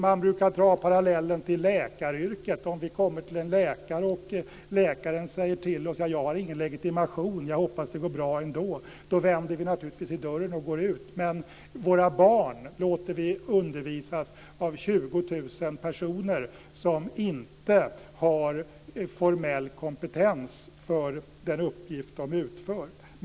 Man brukar dra parallellen till läkaryrket. Om vi kommer till en läkare och denne säger till oss, jag har ingen legitimation, jag hoppas att det går bra ändå, vänder vi naturligtvis i dörren och går ut. Men våra barn låter vi undervisas av 20 000 personer som inte har formell kompetens för den uppgift de utför.